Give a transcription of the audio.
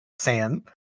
Sam